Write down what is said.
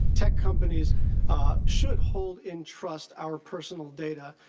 tech companies should hold in trust our personal data.